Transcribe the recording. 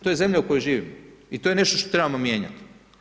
To je zemlja u kojoj živimo i to je nešto što trebamo mijenjati.